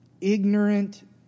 ignorant